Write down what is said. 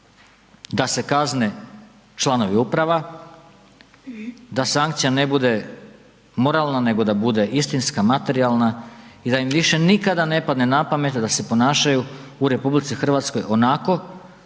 da se kazne članovi upravi, da sankcija ne bude moralna, nego da bude istinska materijalna i da im više nikada ne pada na pamet da se ponašaju u RH onako kako